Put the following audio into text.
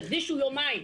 תקדישו יומיים.